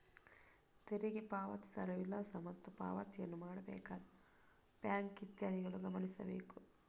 ತೆರಿಗೆ ಪಾವತಿದಾರರ ವಿಳಾಸ ಮತ್ತು ಪಾವತಿಯನ್ನು ಮಾಡಬೇಕಾದ ಬ್ಯಾಂಕ್ ಇತ್ಯಾದಿಗಳನ್ನು ಗಮನಿಸಬೇಕು